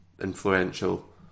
Influential